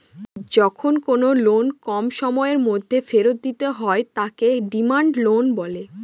যখন কোনো লোন কম সময়ের মধ্যে ফেরত দিতে হয় তাকে ডিমান্ড লোন বলে